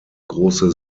große